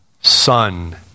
Son